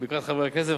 ברכת חברי הכנסת,